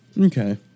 Okay